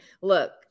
look